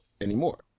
anymore